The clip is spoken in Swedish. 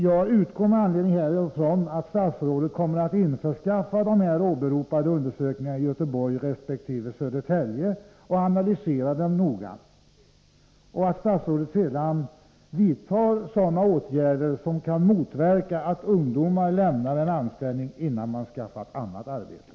Jag utgår med anledning härav från att statsrådet kommer att skaffa de här åberopade undersökningarna i Göteborg resp. Södertälje och analysera dem noga samt att statsrådet sedan vidtar åtgärder för att motverka att ungdomar lämnar en anställning, innan de har skaffat annat arbete.